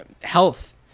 health